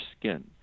skin